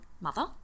mother